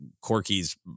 Corky's